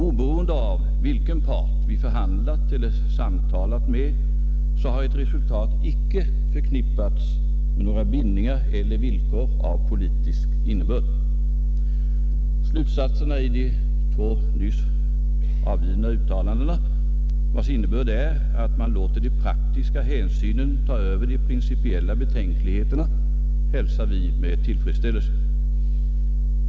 Oberoende av vilken part vi förhandlat eller samtalat med har ett resultat icke förknippats med några bindningar eller villkor av politisk art. S Slutsatserna i de två nyss gjorda uttalandena, vilkas innebörd är att man låter de praktiska hänsynen ta över de principiella betänkligheterna, hälsar vi med tillfredsställelse.